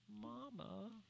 Mama